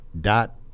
dot